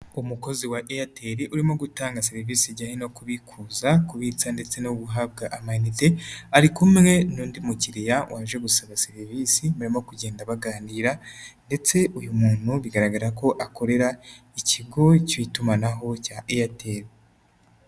Umukozi wa Airtel, urimo gutanga serivisi ijyanye no kubikuza, kubitsa ndetse no guhabwa amayinite, ari kumwe n'undi mukiriya waje gusaba serivisi, barimo kugenda baganira ndetse uyu muntu bigaragara ko akorera ikigo cy'itumanaho cya Airtel.